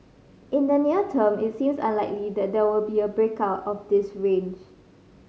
in the near term it seems unlikely that there will be a break out of this range